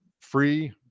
free